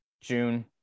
June